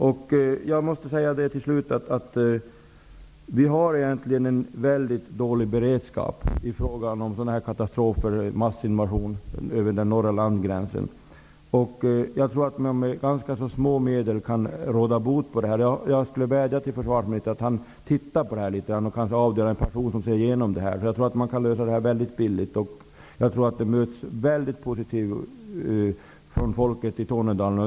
Till sist måste jag säga att vi egentligen har en väldigt dålig beredskap i fråga om sådana katastrofer som en massinvasion över den norra landgränsen är. Jag tror att man med ganska små medel kan råda bot på detta. Jag vädjar till försvarsministern att han tittar litet på det här, att han kanske avdelar en person för att göra det. Jag tror att man kan lösa det här på ett väldigt billigt sätt och att det skulle mötas väldigt positivt av människorna i Tornedalen.